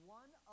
one